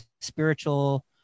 spiritual